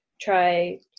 try